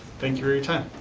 thank you for your time.